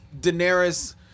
Daenerys